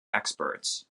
experts